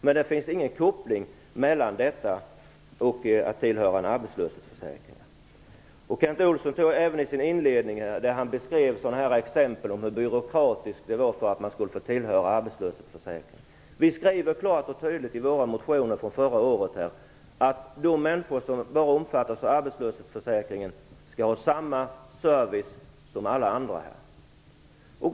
Men det finns inte någon koppling mellan medlemskapet och att tillhöra arbetslöshetsförsäkringen. Kent Olsson beskrev i sitt inledningsanförande exempel på hur byråkratiska regler som gäller för anslutningen till arbetslöshetsförsäkringen. Vi skriver klart och tydligt i våra motioner från förra året att de människor som omfattas bara av arbetslöshetsförsäkringen skall ha samma service som alla andra.